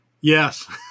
Yes